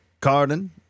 Carden